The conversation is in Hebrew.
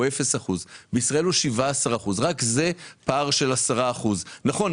0%. בישראל הוא 17%. רק זה הוא פער של 10%. נכון,